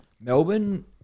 Melbourne